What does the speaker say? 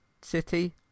city